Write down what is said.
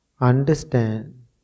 understand